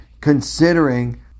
considering